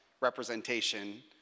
representation